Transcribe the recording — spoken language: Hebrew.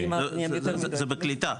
זה בקליטה.